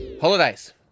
Holidays